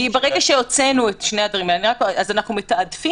כי ברגע שהוצאנו את שני הדברים אז אנחנו מתעדפים